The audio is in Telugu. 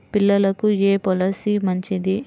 పిల్లలకు ఏ పొలసీ మంచిది?